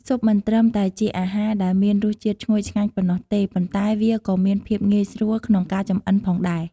ស៊ុបមិនត្រឹមតែជាអាហារដែលមានរសជាតិឈ្ងុយឆ្ងាញ់ប៉ុណ្ណោះទេ ប៉ុន្តែវាក៏មានភាពងាយស្រួលក្នុងការចម្អិនផងដែរ។